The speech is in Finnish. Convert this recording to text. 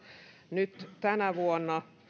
nyt tänä vuonna